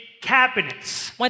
cabinets